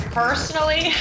personally